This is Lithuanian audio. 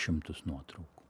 šimtus nuotraukų